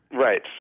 Right